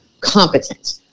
competent